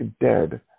dead